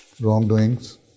wrongdoings